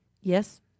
Yes